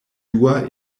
dua